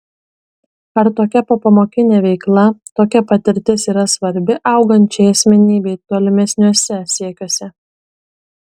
ar tokia popamokinė veikla tokia patirtis yra svarbi augančiai asmenybei tolimesniuose siekiuose